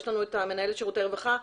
יש לנו את מנהלת שירותי הרווחה.